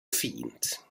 fint